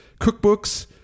Cookbooks